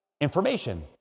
information